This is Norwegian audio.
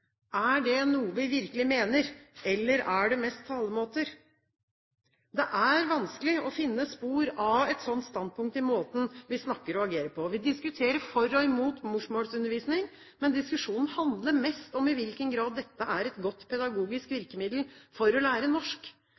Er det noe vi virkelig mener, eller er det mest talemåter? Det er vanskelig å finne spor av et slikt standpunkt i måten vi snakker og agerer på. Vi diskuterer for og imot morsmålsundervisning, men diskusjonen handler mest om i hvilken grad dette er et godt pedagogisk virkemiddel for å lære norsk.